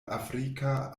afrika